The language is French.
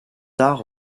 art